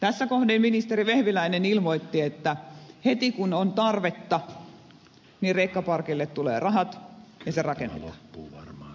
tässä kohdin ministeri vehviläinen ilmoitti että heti kun on tarvetta niin rekkaparkille tulee rahat ja se rakennetaan